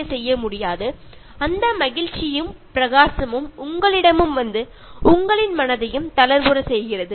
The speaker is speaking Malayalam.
അവരുടെ സന്തോഷത്തിന്റെ അലകൾ നിങ്ങളിലേക്ക് വരികയും നിങ്ങളും വളരെ സരളഹൃദയനാവുകയും ചെയ്യുന്നു